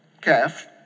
calf